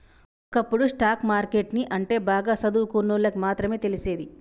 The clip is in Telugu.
ఒకప్పుడు స్టాక్ మార్కెట్ ని అంటే బాగా సదువుకున్నోల్లకి మాత్రమే తెలిసేది